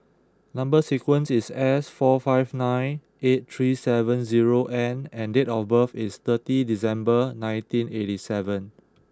number sequence is S four five nine eight three seven zero N and date of birth is thirty December nineteen eighty seven